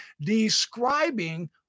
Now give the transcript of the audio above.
describing